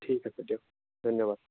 ঠিক আছে দিয়ক ধন্যবাদ